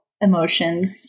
emotions